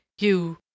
You